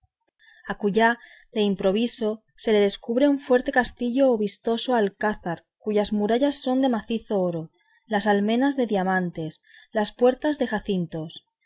vence acullá de improviso se le descubre un fuerte castillo o vistoso alcázar cuyas murallas son de macizo oro las almenas de diamantes las puertas de jacintos